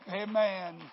Amen